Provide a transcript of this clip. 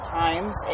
times